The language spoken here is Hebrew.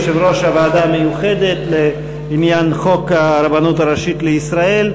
יושב-ראש הוועדה המיוחדת לעניין חוק הרבנות הראשית לישראל.